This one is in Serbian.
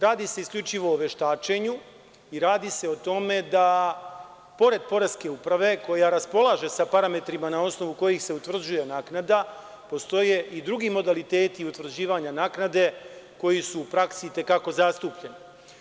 Radi se isključivo o veštačenju i radi se o tome da pored Poreske uprave, koja raspolaže sa parametrima na osnovu kojih se utvrđuje naknada, postoje i drugi modaliteti i utvrđivanja naknade koji su u praksi i te kako zastupljen.